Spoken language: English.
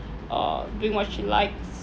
uh doing what she likes